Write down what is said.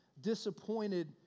disappointed